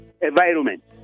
environment